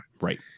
Right